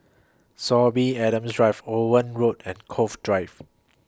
Sorby Adams Drive Owen Road and Cove Drive